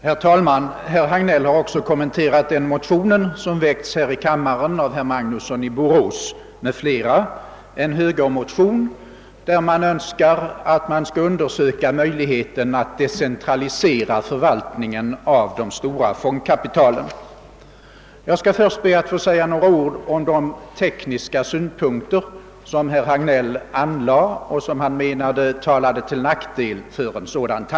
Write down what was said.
Herr talman! Herr Hagnell har också kommenterat den motion som väckts i denna kammare av herrar Magnusson i Borås och Björkman. Det är alltså en högermotion, i vilken framförts önskemål om att man skall undersöka möjligheterna att decentralisera förvaltningen av de stora fondkapitalen. Jag skall be att först få säga några ord om de tekniska synpunkter, som herr Hagnell anlade och som han menade talade till nackdel för det framförda önskemålet.